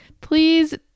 Please